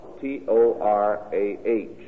T-O-R-A-H